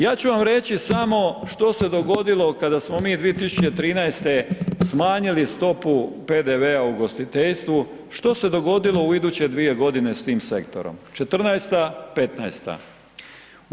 Ja ću vam reći samo što se dogodilo kada smo mi 2013. smanjili stopu PDV-a u ugostiteljstvu, što se dogodilo u iduće dvije godine s tim sektorom, '14.-ta, '15-ta.